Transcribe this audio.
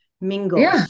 mingle